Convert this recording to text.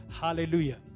hallelujah